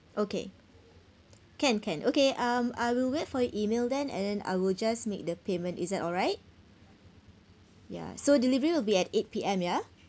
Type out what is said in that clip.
okay can can okay um I will wait for your email then and then I will just make the payment is that alright ya so delivery will be at eight P_M ya